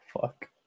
Fuck